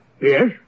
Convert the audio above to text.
Yes